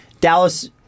Dallas